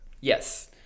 Yes